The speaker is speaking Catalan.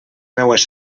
meues